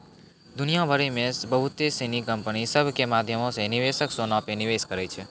दुनिया भरि मे बहुते सिनी कंपनी सभ के माध्यमो से निवेशक सोना पे निवेश करै छै